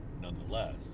nonetheless